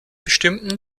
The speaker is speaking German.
bestimmten